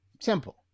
Simple